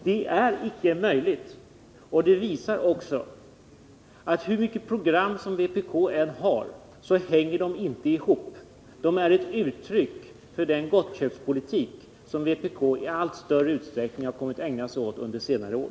Det är icke möjligt. Det visar också att hur många program som vpk än har hänger de inte ihop. De är ett uttryck för den gottköpspolitik som vpk i allt större utsträckning har kommit att ägna sig åt under senare år.